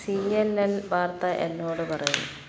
C N N വാർത്ത എന്നോട് പറയൂ